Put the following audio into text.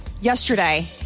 yesterday